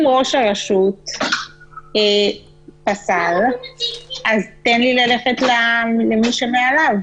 אם ראש הרשות פסל, תן לי ללכת למי שמעליו.